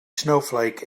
snowflake